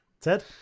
Ted